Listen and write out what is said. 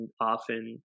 often